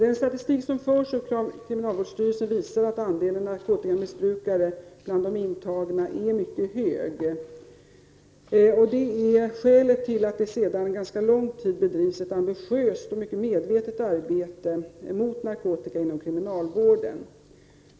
Den statistik som förs av kriminalvårdsstyrelsen visar att andelen narkotikamissbrukare bland intagna är mycket hög. Det är skälet till att det sedan ganska lång tid tillbaka bedrivs ett ambitiöst och mycket medvetet arbete mot narkotika inom kriminalvården.